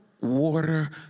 water